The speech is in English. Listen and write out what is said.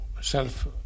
self